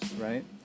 right